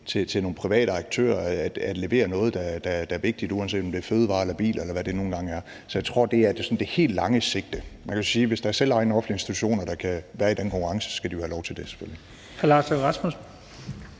til nogle private aktører at levere noget, der er vigtigt, uanset om det er fødevarer, biler, eller hvad det nu engang er. Så jeg tror, at det er det sådan helt lange sigte. Man kan sige, at hvis der er selvejende offentlige institutioner, der kan være i den konkurrence, så skal de selvfølgelig